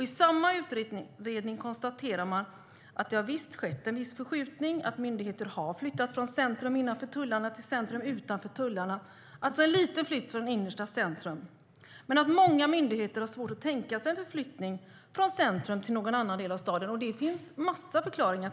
I samma utredning konstaterar man att det visst har skett en viss förskjutning, att myndigheter har flyttat från centrum innanför tullarna till centrum utanför tullarna, alltså en liten flytt från innersta centrum, men att många myndigheter har svårt att tänka sig en förflyttning från centrum till någon annan del av staden. Det finns så klart massor av förklaringar.